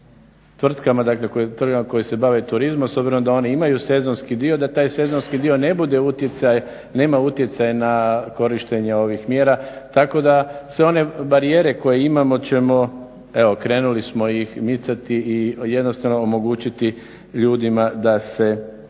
tvrtkama koje se bave turizmom s obzirom da one imaju sezonski dio da taj sezonski dio nema utjecaj na korištenje ovih mjera. Tako da sve one barijere koje imamo ćemo, evo krenuli smo ih micati i jednostavno omogućiti ljudima da se